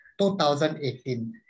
2018